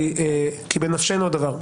כי בנפשנו הדבר,